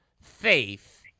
faith